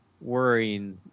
worrying